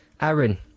Aaron